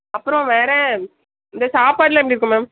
அப்புறோம் வேறு இந்த சாப்பாடெலாம் எப்படி இருக்கும் மேம்